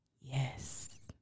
yes